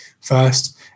first